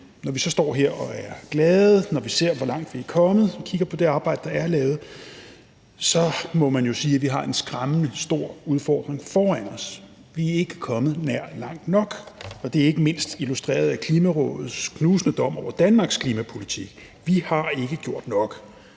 når vi så står her og er glade, og når vi ser, hvor langt vi er kommet, og kigger på det arbejde, der er lavet, så må man jo sige, at vi har en skræmmende stor udfordring foran os. Vi er ikke kommet nær langt nok. Det er ikke mindst illustreret ved Klimarådets knusende dom over Danmarks klimapolitik: Vi har ikke gjort nok.